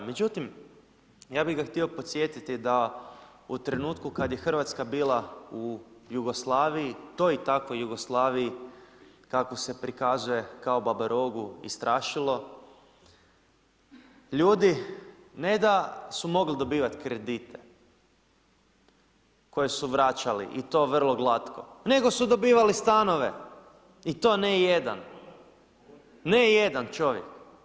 Međutim, ja bih ga htio podsjetiti da u trenutku kada je Hrvatska bila u Jugoslaviji, toj i takvoj Jugoslaviji kakvu se prikazuje kao babarogu i strašilo, ljudi ne da su mogli dobivati kredite koje su vraćali i to vrlo glatko, nego su dobivali stanove, i to ne jedan, ne jedan čovjek.